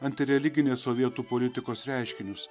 antireliginės sovietų politikos reiškinius